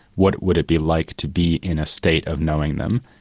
what would it be like to be in a state of knowing them?